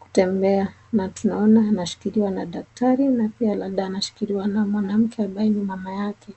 kutembea na tunaona anashikiliwa na daktari na pia labda anashikiliwa na mwanamke ambaye ni mama yake.